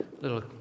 little